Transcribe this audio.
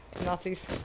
Nazis